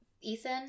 Ethan